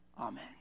Amen